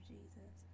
Jesus